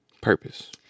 purpose